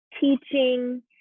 teaching